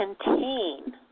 contain